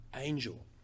angel